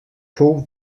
fou